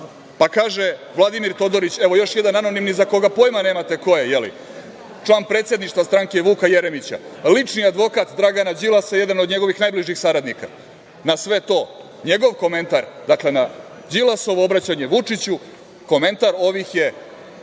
Pa, kaže Vladimir Todorić, evo još jedan anonimni za koga pojma nemate koje, jeli, član Predsedništva stranke Vuka Jeremića, lični advokat Dragana Đilasa i jedan od njegovih najbližih saradnika. Njegov komentar na sve to, dakle, na Đilasovo obraćanje Vučiću, komentar ovih je